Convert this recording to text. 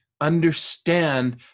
understand